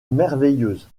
merveilleuse